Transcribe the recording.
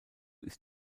ist